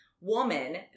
woman